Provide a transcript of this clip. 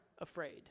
afraid